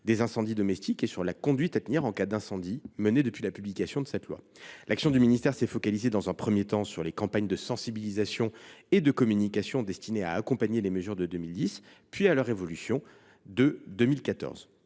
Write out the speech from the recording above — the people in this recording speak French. des incendies domestiques et sur la conduite à tenir en cas d’incendie qui ont été menées depuis la publication de cette loi. L’action du ministère s’est focalisée dans un premier temps sur les campagnes de sensibilisation et de communication destinées à accompagner les mesures de 2010, puis leur évolution de 2014.